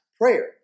prayer